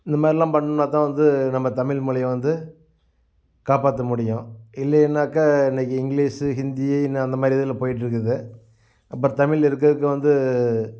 இந்த மாதிரிலாம் பண்ணுனால் தான் வந்து நம்ம தமிழ் மொழியை வந்து காப்பாற்ற முடியும் இல்லைனாக்க இன்னைக்கு இங்கிலிஷ் ஹிந்தி இன்னும் அந்தமாதிரி இதில் போய்கிட்டு இருக்குது பட் தமிழ் இருக்க இருக்க வந்து